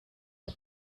but